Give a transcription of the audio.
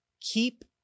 keep